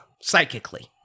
psychically